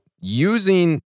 using